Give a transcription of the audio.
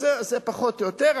אז זה פחות או יותר,